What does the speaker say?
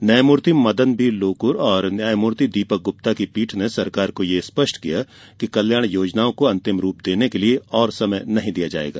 न्यायमूर्ति मदन बी लोकुर और न्यायमूर्ति दीपक गुप्ता की पीठ ने सरकार को यह स्पष्ट कर दिया कि कल्याण योजनाओं को अंतिम रूप देने के लिए और समय नहीं दिया जाएगा